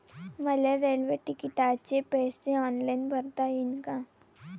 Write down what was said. मले रेल्वे तिकिटाचे पैसे ऑनलाईन भरता येईन का?